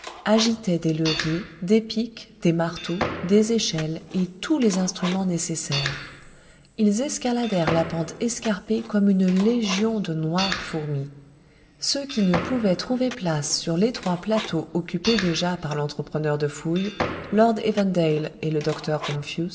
agitaient des leviers des pics des marteaux des échelles et tous les instruments nécessaires ils escaladèrent la pente escarpée comme une légion de noires fourmis ceux qui ne pouvaient trouver place sur l'étroit plateau occupé déjà par l'entrepreneur de fouilles lord evandale et le docteur